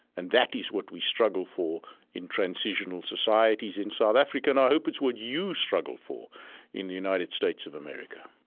and that is what we struggle for in transitional societies in south africa, and i hope it's what you struggle for in the united states of america